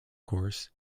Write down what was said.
course